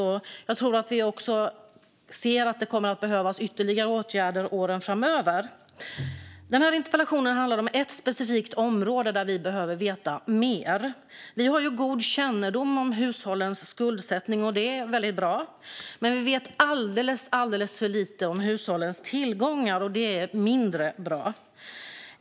Vi ser också att ytterligare åtgärder kommer att behövas åren framöver. Den här interpellationen handlar om ett specifikt område där vi behöver veta mer. Vi har god kännedom om hushållens skuldsättning. Det är bra. Men vi vet alldeles för lite om hushållens tillgångar. Det är mindre bra.